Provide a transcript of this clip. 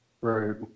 Right